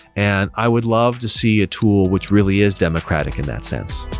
and i would love to see a tool which really is democratic in that sense